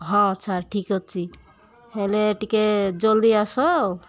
ହଁ ଆଚ୍ଛା ଠିକ୍ ଅଛି ହେଲେ ଟିକେ ଜଲ୍ଦି ଆସ ଆଉ